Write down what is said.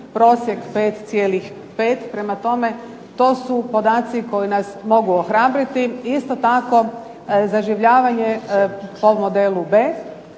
prosjek 5,5. Prema tome, to su podaci koji nas mogu ohrabriti. Isto tako, zaživljavanje po modelu B